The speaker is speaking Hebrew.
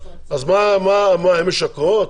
הן משקרות?